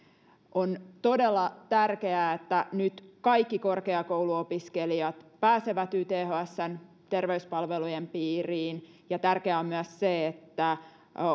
on todella tärkeää että nyt kaikki korkeakouluopiskelijat pääsevät ythsn terveyspalvelujen piiriin ja tärkeää on myös se että